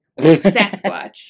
sasquatch